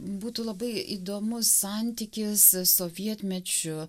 būtų labai įdomus santykis sovietmečiu